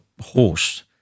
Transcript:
horse